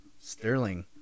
Sterling